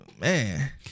man